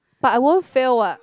but I would fail what